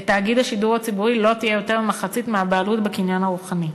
לתאגיד השידור הציבורי לא תהיה יותר ממחצית הבעלות בקניין הרוחני.